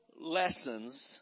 lessons